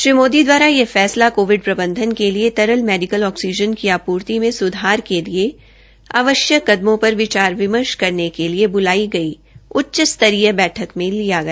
श्री मोदी दवारा यह फैसला कोविड प्रबंधन के लिए तरल मेडिकल ऑक्सीजन की आपूर्ति में सुधार के लिए आवश्यक कदमों पर विचार विमर्श करने के लिए ब्लाई गई उच्च स्तरीय बैठक में लिया गया